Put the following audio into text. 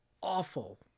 awful